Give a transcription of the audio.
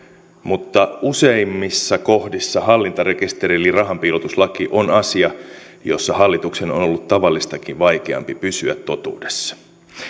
mutta useimmissa kohdissa hallintarekisteri eli rahanpiilotuslaki on asia jossa hallituksen on on ollut tavallistakin vaikeampi pysyä totuudessa